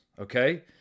okay